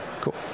Cool